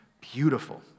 beautiful